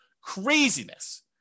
Craziness